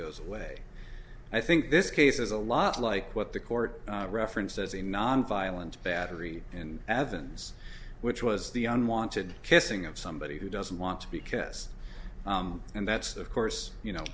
goes away i think this case is a lot like what the court referenced as a nonviolent battery in athens which was the unwanted kissing of somebody who doesn't want to because and that's of course you know